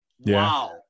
wow